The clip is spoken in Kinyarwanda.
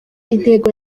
intego